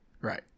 Right